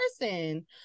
person